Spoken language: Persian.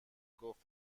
گفت